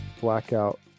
blackout